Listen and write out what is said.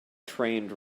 trained